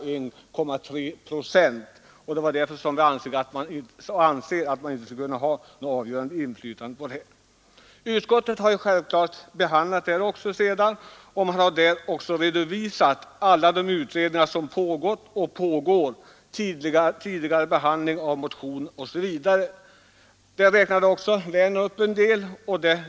Utskottet erinrar om att Sveriges andel av den totala konsumtionen av oljeprodukter uppgår till endast 1,3 procent, och det är därför utskottet anser att vårt land inte skulle kunna utöva något avgörande inflytande. Utskottet har också redovisat alla de utredningar på området som pågått och pågår samt tidigare behandling av likartade motioner. Herr Werner tog upp en del av detta.